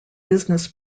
business